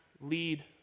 lead